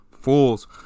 Fools